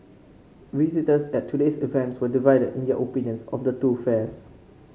visitors at today's events were divided in their opinions of the two fairs